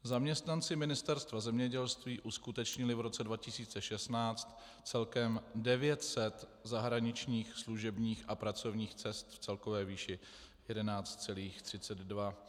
Zaměstnanci Ministerstva zemědělství uskutečnili v roce 2016 celkem 900 zahraničních služebních a pracovních cest v celkové výši 11,32 mil. Kč.